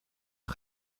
een